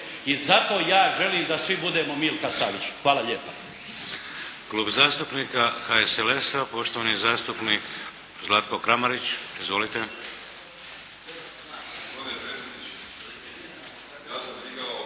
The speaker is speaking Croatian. I zato ja želim da svi budemo Milka Savić. Hvala lijepa.